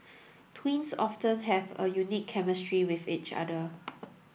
twins often have a unique chemistry with each other